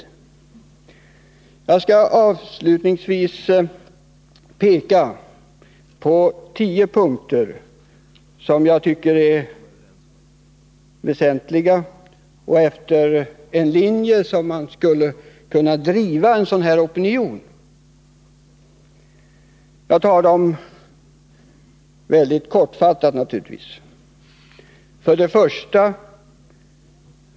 Jag skall avslutningsvis ta upp 10 punkter som jag tycker är väsentliga och som anger de linjer efter vilka opinionen skulle kunna drivas. 1.